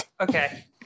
okay